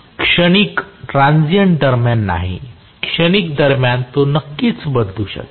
क्षणिक दरम्यान नाही क्षणिक दरम्यान तो नक्कीच बदलू शकेल